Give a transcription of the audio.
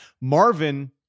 Marvin